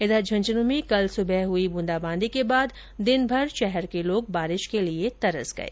वहीं झुंझनूं में कल सुबह हुई बूंदाबांदी के बाद दिनभर शहर के लोग बारिश के लिए तरस गए